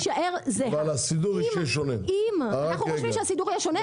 אם אנחנו חושבים שהסידור יהיה שונה,